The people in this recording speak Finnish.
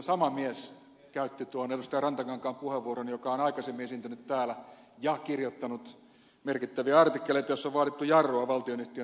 rantakankaan puheenvuoron käytti sama mies joka on aikaisemmin esiintynyt täällä ja kirjoittanut merkittäviä artikkeleita joissa on vaadittu jarrua valtionyhtiön omistajuuden vähentämiseen